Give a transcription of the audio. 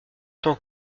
temps